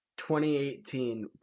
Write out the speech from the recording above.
2018